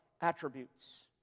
attributes